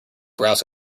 brass